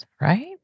right